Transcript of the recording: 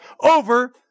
over